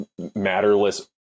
matterless